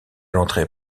l’entrée